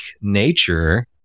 nature